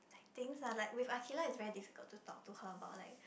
like things lah like with Aqilah it's very difficult to talk to her about like